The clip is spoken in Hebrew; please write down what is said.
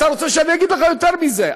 אתה רוצה שאני אגיד לך יותר מזה?